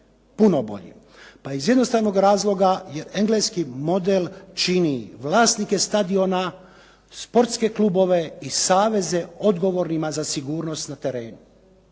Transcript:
puno bolji? Pa iz jednostavnog razloga jer engleski model čini vlasnike stadiona, sportske klubove i saveze odgovornima za sigurnost na terenu.